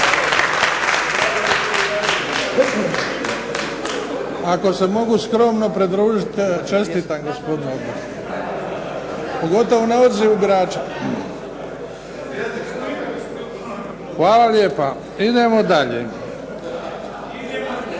Ako se mogu skromno pridružiti čestitam gospodinu Oberstnelu pogotovo na odazivu birača. Hvala lijepa. Idemo dalje.